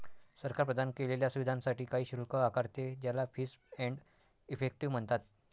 सरकार प्रदान केलेल्या सुविधांसाठी काही शुल्क आकारते, ज्याला फीस एंड इफेक्टिव म्हणतात